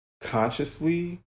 consciously